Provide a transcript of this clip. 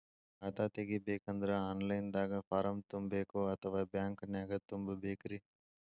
ಖಾತಾ ತೆಗಿಬೇಕಂದ್ರ online ದಾಗ ಫಾರಂ ತುಂಬೇಕೊ ಅಥವಾ ಬ್ಯಾಂಕನ್ಯಾಗ ತುಂಬ ಬೇಕ್ರಿ?